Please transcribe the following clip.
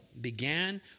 began